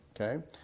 Okay